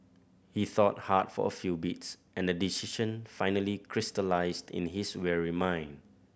he thought hard for a few beats and a decision finally crystallised in his weary mind